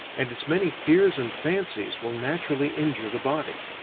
and its many fears and fancies will naturally injure the body.